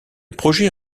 projet